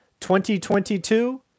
2022